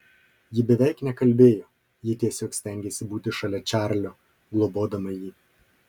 ji beveik nekalbėjo ji tiesiog stengėsi būti šalia čarlio globodama jį